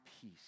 peace